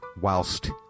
Whilst